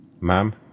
Ma'am